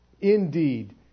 Indeed